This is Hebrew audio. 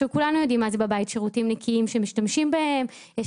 כולנו יודעים מה זה שירותים נקיים שמשתמשים בהם בבית,